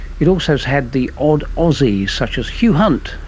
it also has had the odd aussie such as hugh hunt,